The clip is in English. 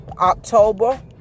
October